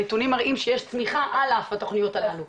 הנתונים מראים שיש צמיחה על התוכניות הללו,